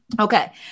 Okay